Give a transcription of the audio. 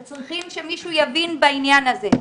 צריך מישהו שמבין בעניין הזה.